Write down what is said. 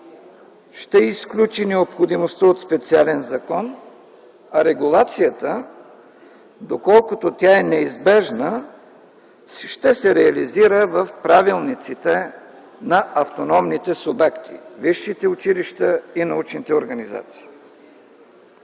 ще изключи необходимостта от специален закон. Регулацията, доколкото тя е неизбежна, ще се реализира в правилниците на автономните субекти – висшите училища и научните организации.